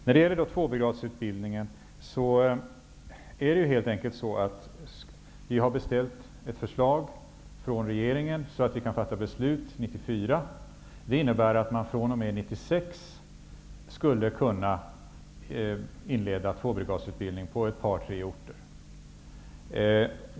När det gäller tvåbrigadsutbildningen har vi beställt ett förslag från regeringen så att vi kan fatta beslut 1994. Det innebär att vi fr.o.m. 1996 skulle kunna inleda tvåbrigadsutbildning på ett par tre orter.